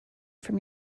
from